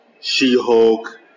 She-Hulk